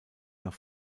nach